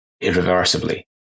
irreversibly